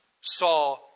saw